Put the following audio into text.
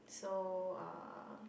so uh